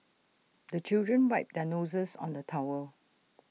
the children wipe their noses on the towel